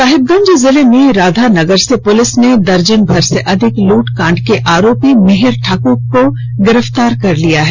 साहिबगंज जिले में राधा नगर से पुलिस ने दर्जन भर से अधिक लूट कांड के आरोपी मिहिर ठाकुर को गिरफ्तार कर लिया है